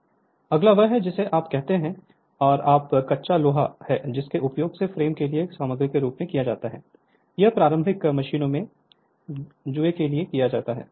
Refer Slide Time 1803 अगला वह है जिसे आप कहते हैं और आप कच्चा लोहा हैं जिसका उपयोग फ्रेम के लिए सामग्री के रूप में किया जाता है या प्रारंभिक मशीनों में जुए के लिए किया जाता है